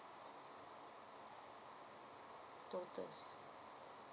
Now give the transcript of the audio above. total of sixteen